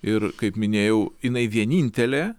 ir kaip minėjau jinai vienintelė